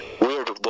weird